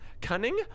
Cunning